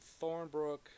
Thornbrook